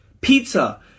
Pizza